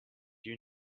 you